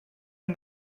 and